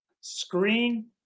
screen